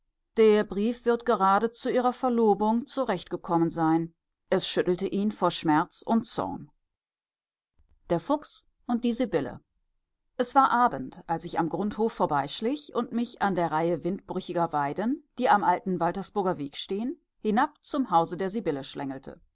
der brief wird gerade zu ihrer verlobung zurechtgekommen sein es schüttelte ihn vor schmerz und zorn der fuchs und die sibylle es war abend als ich am grundhof vorbeischlich und mich an der reihe windbrüchiger weiden die am alten waltersburger weg stehen hinab zum hause der sibylle schlängelte